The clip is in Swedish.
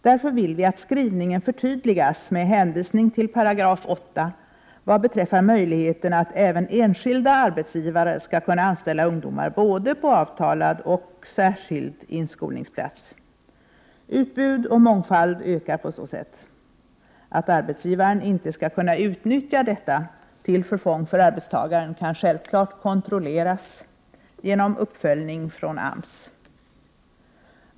Därför vill vi att skrivningen förtydligas med hänvisning till 8 § vad beträffar möjligheten att även enskilda arbetsgivare skall kunna anställa ungdomar både på avtalad och på särskild inskolningsplats. Utbud och mångfald ökar på så sätt. Att arbetsgivaren inte skall kunna utnyttja detta till förfång för arbetstagaren kan självfallet kontrolleras genom uppföljning från AMS sida.